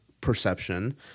perception